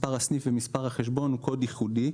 מספר הסניף ומספר החשבון הוא קוד ייחודי.